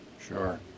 Sure